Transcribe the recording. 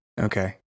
Okay